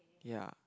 ya